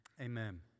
Amen